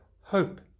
hope